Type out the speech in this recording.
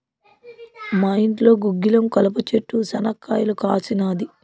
మా ఇంట్లో గుగ్గిలం కలప చెట్టు శనా కాయలు కాసినాది